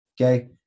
okay